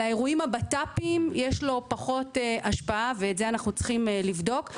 על אירועי ביטחון פנים יש לו פחות השפעה ואת זה אנחנו צריכים לבדוק.